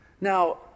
Now